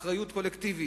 של אחריות קולקטיבית,